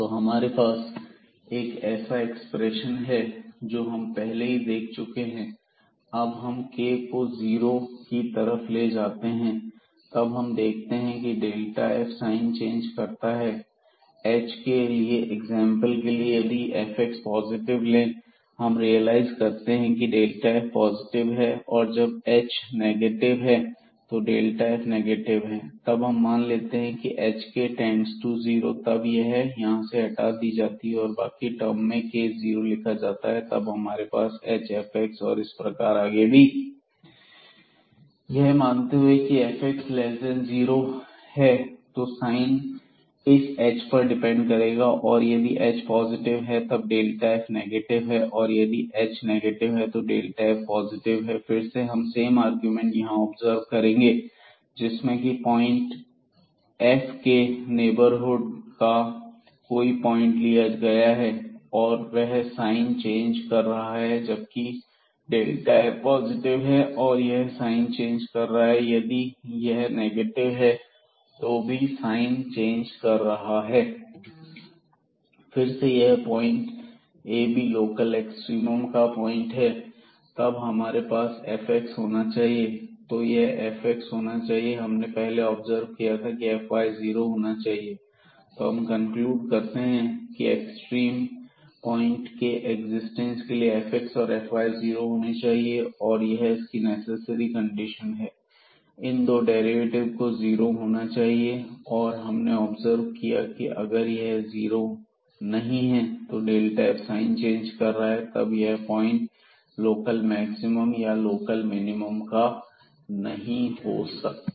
तो हमारे पास ऐसा एक्सप्रेशन है जो हम पहले ही देख चुके हैं अब हम k को जीरो की तरफ ले जाते हैं तब हम देखते हैं की f साइन चेंज करता है h के लिए एग्जांपल के लिए यदि हम fx को पॉजिटिव लें तो हम रियलआइज करते हैं की यह f पॉजिटिव है और जब h नेगेटिव है तो f नेगेटिव है जब हम मान लेते हैं की h k tends to zero तब यह तो यहां से हटा दी जाती है और बाकी टर्म में k को जीरो लिखा जाता है तब हमारे पास hfxab और इसी प्रकार आगे भी fhfxabkfyab12h2fxx2hkfxyk2fkkab यह मानते हुए की fx लैस दैन जीरो है तो तो साइन इस h पर डिपेंड करेगा और यदि h पॉजिटिव है तब f नेगेटिव है और यदि h नेगेटिव है तो f पॉजिटिव है फिर से हम सेम अरगुमेंट से यहां ऑब्जर्व करेंगे जिसमें की पॉइंट एपीके नेवर हुड का कोई पॉइंट लिया गया है और वह साइन चेंज कर रहा है जबकि f पॉजिटिव है और यह साइन चेंज कर रहा है यदि यह नेगेटिव है तो भी साइन चेंज कर रहा है फिर से यह point ab local extremum का पॉइंट है तब हमारे पास fx होना चाहिए तो यह fx होना चाहिए हमने पहले ऑब्जर्व किया की fy 0 होना चाहिए तो हम कंक्लूड करते हैं की एक्सट्रीम पॉइंट के एक्जिस्टेंस के लिए fx और fy जीरो होने चाहिए और यह इसकी नेसेसरी कंडीशन है इन दो डेरिवेटिव्स को जीरो होना चाहिए यह हमने ऑब्जर्व किया अगर यह जीरो नहीं है और f साइन चेंज कर रहा है तब यह पॉइंट लोकल मैक्सिमम या लोकल मिनिमम का नहीं हो सकता